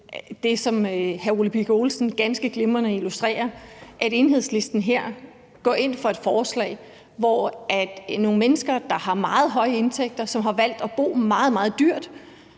det, som hr. Ole Birk Olesen ganske glimrende illustrerer: at Enhedslisten her går ind for et forslag, hvor nogle mennesker, der har nogle meget høje indtægter, og som har valgt at bo meget, meget dyrt,